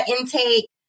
intake